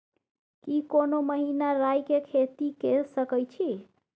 की कोनो महिना राई के खेती के सकैछी?